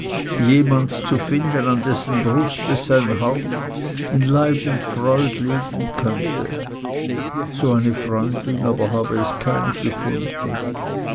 jemand zu finden an dessen brust es sein haupt in leid und freud legen könnte so eine freundin aber habe es keine gefunden